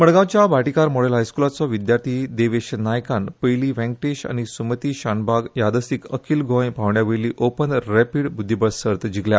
मडगांवच्या भाटीकार मॉडेल हायस्कुलाचो विद्यार्थी देवेश नायकान पयली व्यंकटेश आनी सुमती शानभाग यादस्तीक अखील गोंय पांवड्या वयली ओपन रॅपीड बुद्दीबळ सर्त जिखली